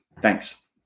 Thanks